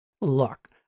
Look